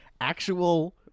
actual